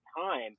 time